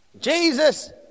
Jesus